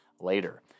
later